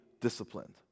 disciplined